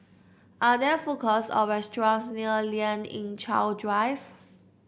are there food courts or restaurants near Lien Ying Chow Drive